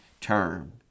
term